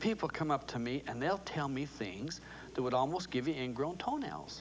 people come up to me and they'll tell me things that would almost given grown toenails